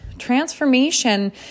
transformation